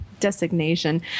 designation